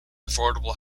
affordable